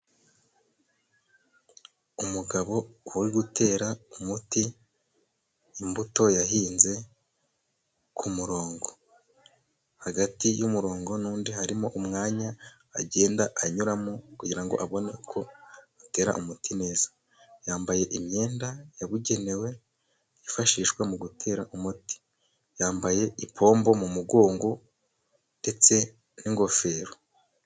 Umugabo uri gutera umuti imbuto yahinze ku murongo, hagati y'umurongo nundi harimo umwanya, agenda anyuramo kugira ngo abone uko atera umuti neza, yambaye imyenda yabugenewe yifashishwa mu gutera umuti yambaye ipombo mu mu gongo ndetse n'ingofero.